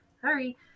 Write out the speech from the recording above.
sorry